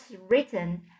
written